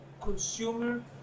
consumer